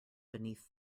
beneath